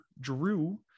drew